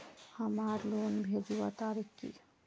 हमार लोन भेजुआ तारीख की?